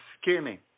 skinny